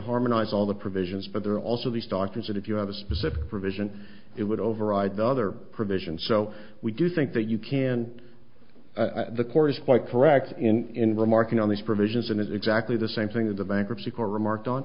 harmonize all the provisions but there are also these doctors that if you have a specific provision it would override the other provisions so we do think that you can the court is quite correct in remarking on these provisions and it's exactly the same thing that the bankruptcy court remarked on